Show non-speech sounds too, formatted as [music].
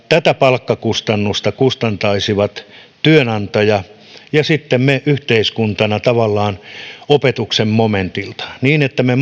tätä palkkakustannusta kustantaisivat työnantaja ja sitten me yhteiskuntana tavallaan opetuksen momentilta niin että me [unintelligible]